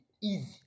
easy